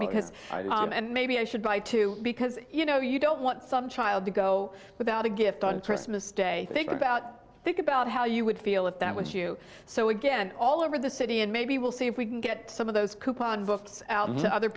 because and maybe i should buy two because you know you don't want some child to go without a gift on christmas day think about think about how you would feel if that was you so again all over the said and maybe we'll see if we can get some of those coupon books out to other